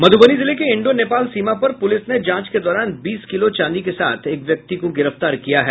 मुधबनी जिले के इंडो नेपाल सीमा पर पूलिस ने जांच के दौरान बीस किलो चांदी के साथ एक व्यक्ति को गिरफ्तार किया है